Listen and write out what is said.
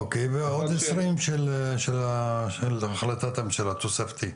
אוקיי, עוד עשרים של החלטת הממשלה תוספתי?